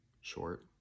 Short